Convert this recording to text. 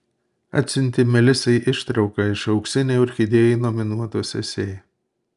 atsiuntė melisai ištrauką iš auksinei orchidėjai nominuotos esė